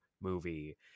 movie